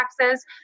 taxes